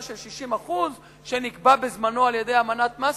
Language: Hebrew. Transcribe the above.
של 60% שנקבע בזמנו על-ידי אמנת מסטריכט,